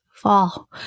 fall